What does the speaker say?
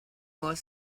more